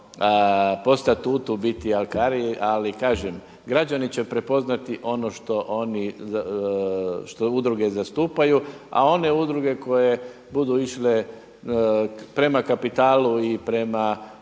razumije./… biti alkari. Ali kažem, građani će prepoznati ono što oni, što udruge zastupaju a one udruge koje budu išle prema kapitalu i prema